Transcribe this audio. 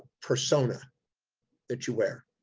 persona that you wear.